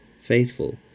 faithful